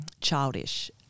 childish